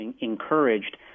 encouraged